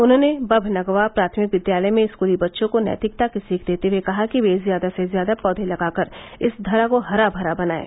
उन्होंने बभनगवा प्राथमिक विद्यालय में स्कूली बच्चों को नैतिकता की सीख देते हुये कहा कि वे ज्यादा से ज्यादा पौधे लगा कर इस धरा को हरामरा बनायें